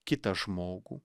kitą žmogų